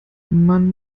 man